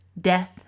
death